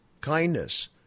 kindness